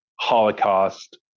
holocaust